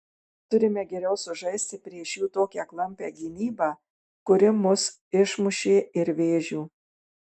turime geriau sužaisti prieš jų tokią klampią gynybą kuri mus išmušė ir vėžių